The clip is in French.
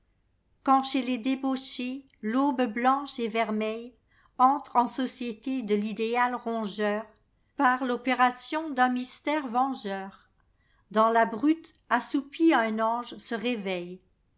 quand chez les débauchés l'aube blanche et vermeilleentre en société de l'idéal rongeur par topération d'un mystère vengeurdans la brute assoupie un ange se réveille